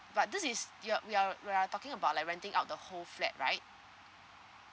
but this is you're we're we are talking about like renting out the whole flat right